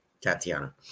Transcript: Tatiana